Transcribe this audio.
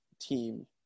team